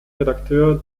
redakteur